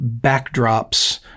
backdrops